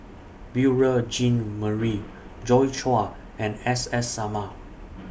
Beurel Jean Marie Joi Chua and S S Sarma